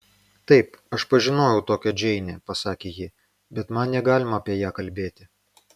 taip aš pažinojau tokią džeinę pasakė ji bet man negalima apie ją kalbėti